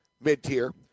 mid-tier